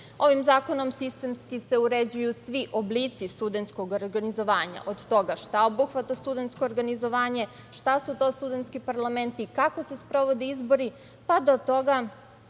zakonom sistemski se uređuju svi oblici studenskog organizovanja, od toga šta obuhvata studentsko organizovanje, šta su to studentski parlamenti i kako se sprovode izbori, pa do raznih